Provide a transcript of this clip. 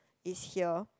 is here